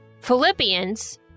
Philippians